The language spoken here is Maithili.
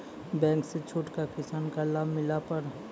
बैंक से छूट का किसान का लाभ मिला पर?